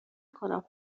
کنم